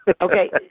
Okay